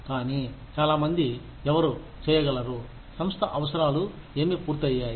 కానీ చాలామంది ఎవరు చేయగలరు సంస్థ అవసరాలు ఏమి పూర్తయ్యాయి